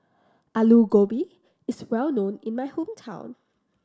Alu Gobi is well known in my hometown